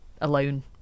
alone